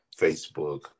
Facebook